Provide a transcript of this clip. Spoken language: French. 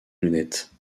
lunette